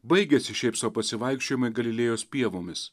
baigėsi šiaip sau pasivaikščiojimai galilėjos pievomis